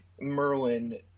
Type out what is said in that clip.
Merlin